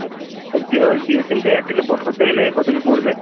আচ্ছা আর জিও জিও সিমটা এয়ারটেলে পোর্ট করতে গেলে কত কী পড়বে